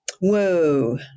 Whoa